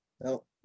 No